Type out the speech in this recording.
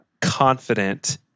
confident